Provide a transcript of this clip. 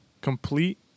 complete